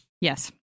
Yes